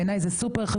בעיניי זה סופר-חשוב.